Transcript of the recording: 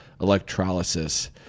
electrolysis